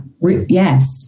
yes